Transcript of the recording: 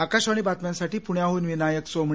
आकाशवाणी बातम्यांसाठी पुण्याहून विनायक सोमणी